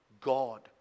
God